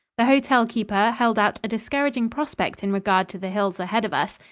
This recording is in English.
the hotelkeeper held out a discouraging prospect in regard to the hills ahead of us.